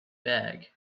bag